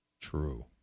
True